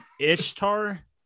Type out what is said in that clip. Ishtar